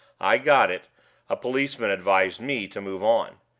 i got it a policeman advised me to move on.